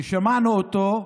ושמענו אותו,